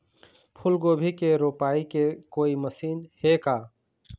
फूलगोभी के रोपाई के कोई मशीन हे का?